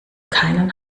keinen